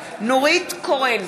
קורן,